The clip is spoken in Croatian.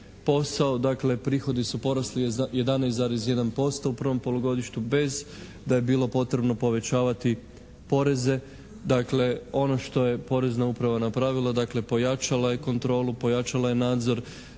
posao. Dakle, prihodi su porasli za 11,1% u prvom polugodištu bez da je bilo potrebno povećavati poreze. Dakle, ono što je porezna uprava napravila, dakle pojačala je kontrolu, pojačala je nadzor,